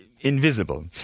invisible